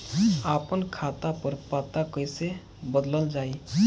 आपन खाता पर पता कईसे बदलल जाई?